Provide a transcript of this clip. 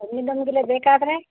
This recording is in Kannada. ಬೇಕಾದರೆ